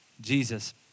Jesus